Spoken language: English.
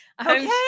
Okay